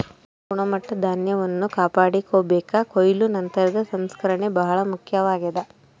ಉತ್ತಮ ಗುಣಮಟ್ಟದ ಧಾನ್ಯವನ್ನು ಕಾಪಾಡಿಕೆಂಬಾಕ ಕೊಯ್ಲು ನಂತರದ ಸಂಸ್ಕರಣೆ ಬಹಳ ಮುಖ್ಯವಾಗ್ಯದ